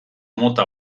mota